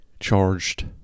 charged